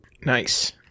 Nice